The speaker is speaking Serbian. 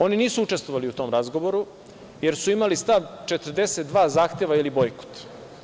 Oni nisu učestvovali u tom razgovoru jer su imali stav – 42 zahteva ili bojkot.